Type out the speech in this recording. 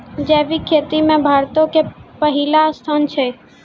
जैविक खेती मे भारतो के पहिला स्थान छै